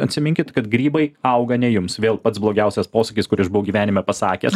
atsiminkit kad grybai auga ne jums vėl pats blogiausias posakis kurį aš buvau gyvenime pasakęs